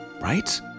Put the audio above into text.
Right